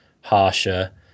harsher